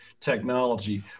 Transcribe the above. technology